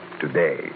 today